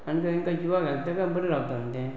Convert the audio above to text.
आनी तेंकां जिवा घालता काय बरें रावता न्हू तें